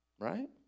right